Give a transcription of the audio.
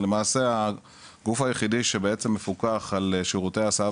הגוף היחידי שמפוקח על שירותי הסעה